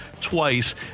twice